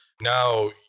now